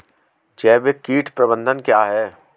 जैविक कीट प्रबंधन क्या है?